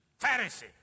Pharisee